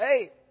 hey